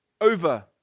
over